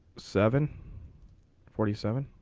seven forty seven.